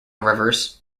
rivers